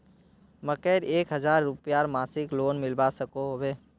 मकईर एक हजार रूपयार मासिक लोन मिलवा सकोहो होबे?